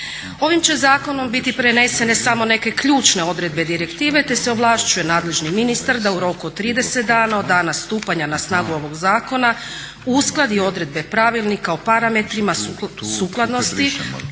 Ovim će zakonom biti prenesene samo neke ključne odredbe direktive te se ovlašćuje nadležni ministar da u roku od 30 dana od dana stupanja na snagu ovog zakona uskladi odredbe pravilnika o parametrima sukladnosti